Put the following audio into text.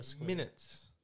minutes